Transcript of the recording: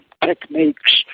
techniques